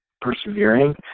persevering